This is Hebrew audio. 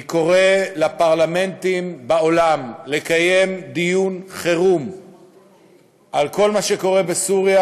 אני קורא לפרלמנטים בעולם לקיים דיון חירום על כל מה שקורה בסוריה.